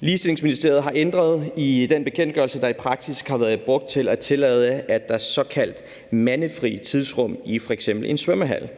Ligestillingsministeriet har ændret i den bekendtgørelse, der i praksis har været brugt til at tillade, at der er såkaldte mandefri tidsrum i f.eks. en svømmehal.